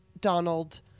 Donald